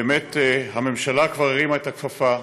באמת הממשלה כבר הרימה את הכפפה,